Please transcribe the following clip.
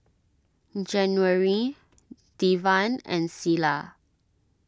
January Devan and Selah